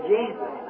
Jesus